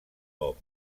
bob